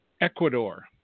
Ecuador